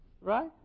right